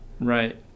Right